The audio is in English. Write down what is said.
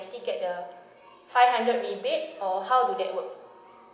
I still get the five hundred rebate or how would that work